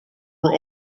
were